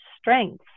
strengths